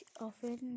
often